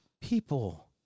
people